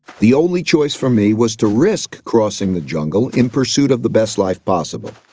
the only choice for me was to risk crossing the jungle in pursuit of the best life possible.